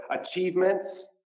achievements